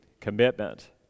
commitment